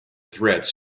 threats